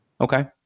Okay